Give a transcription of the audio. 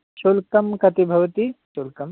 शुल् शुल् शुल्कं कति भवति शुल्कं